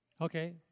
Okay